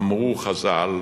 אמרו חז"ל: